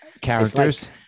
Characters